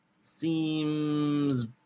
seems